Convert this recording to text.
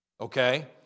okay